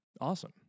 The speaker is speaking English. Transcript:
Awesome